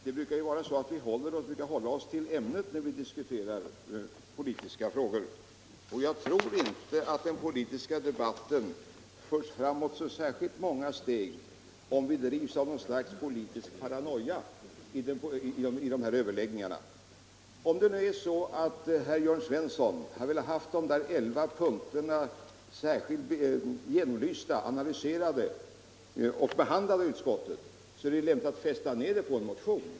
Vi brukar hålla oss till ämnet när vi diskuterar politiska frågor, och jag tror inte att den politiska debatten förs framåt så särskilt många steg om vi hetsar upp oss eller grips av något slags politisk paranoia när vi diskuterar frågor av detta slag. Om herr Jörn Svensson hade velat ha de nämnda elva punkterna särskilt analyserade i utskottet hade det varit lämpligt att fästa dem på papper i form av en motion.